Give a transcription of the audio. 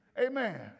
Amen